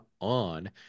on